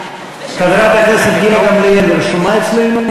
חברת הכנסת גילה גמליאל, היא רשומה אצלנו?